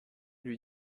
lui